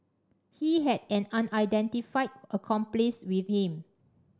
he had an unidentified accomplice with him